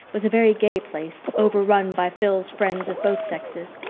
was a very gay place, overrun by phil's friends of both sexes.